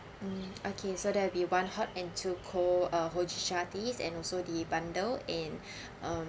mm okay so there'll be one hot and two cold uh hojicha tea and also the bundle in um